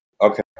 Okay